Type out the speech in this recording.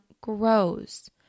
grows